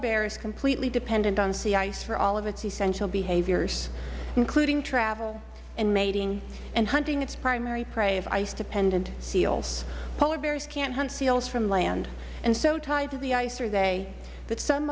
bear is completely dependent on sea ice for all of its essential behaviors including travel and mating and hunting its primary prey of ice dependent seals polar bears can't hunt seals from land and so tied to the ice are they that some